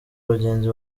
bagenzi